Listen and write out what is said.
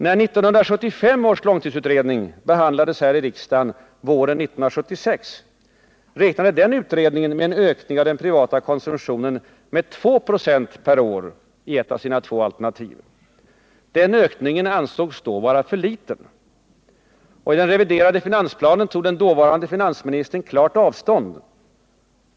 När 1975 års långtidsutredning behandlades här i riksdagen våren 1976, räknade den med en ökning av den privata konsumtionen med 2 96 per år i ett av sina två alternativ. Den ökningen ansågs då vara för liten. I den reviderade finansplanen tog den dåvarande finansministern klart avstånd.